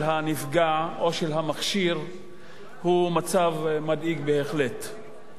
הנפגע או של המכשיר הוא מצב מדאיג בהחלט.